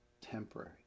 temporary